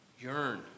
yearn